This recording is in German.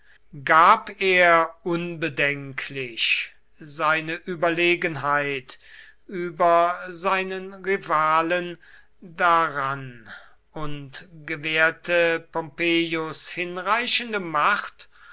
gab er unbedenklich seine überlegenheit über seinen rivalen daran und gewährte pompeius hinreichende macht